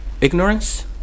ignorance